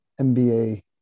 MBA